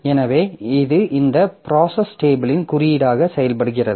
எனவே இது இந்த ப்ராசஸ் டேபிளின் குறியீடாக செயல்படுகிறது